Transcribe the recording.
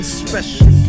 special